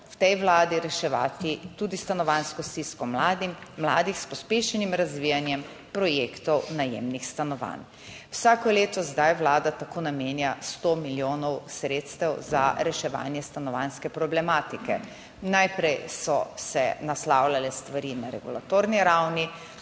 v tej Vladi reševati tudi stanovanjsko stisko mladih, mladih s pospešenim razvijanjem projektov najemnih stanovanj. Vsako leto zdaj Vlada tako namenja 100 milijonov sredstev za reševanje stanovanjske problematike. Najprej so se naslavljale stvari na regulatorni ravni,